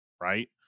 right